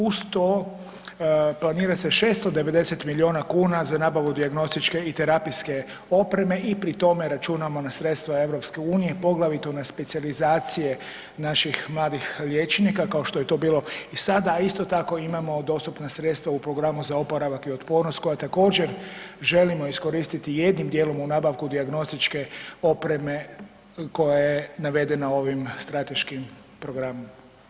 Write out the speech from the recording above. Uz to planira se 690 milijuna kuna za nabavu dijagnostičke i terapijske opreme i pri tome računamo na sredstva EU, poglavito na specijalizacije naših mladih liječnika kao što je to bilo i sada, a isto tako imamo dostupna sredstva u Programu za oporavak i otpornost koja također želimo iskoristiti jednim dijelom u nabavku dijagnostičke opreme koja je navedena ovim strateškim programom.